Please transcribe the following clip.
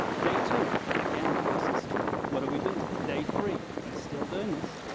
day two, again this is stupid. what are we doing? day three he's still doing this!